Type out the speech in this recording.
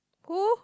who